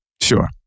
Sure